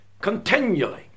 continually